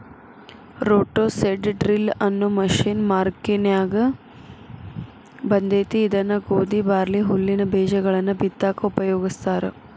roto seed drill ಅನ್ನೋ machine ಮಾರ್ಕೆನ್ಯಾಗ ಬಂದೇತಿ ಇದನ್ನ ಗೋಧಿ, ಬಾರ್ಲಿ, ಹುಲ್ಲಿನ ಬೇಜಗಳನ್ನ ಬಿತ್ತಾಕ ಉಪಯೋಗಸ್ತಾರ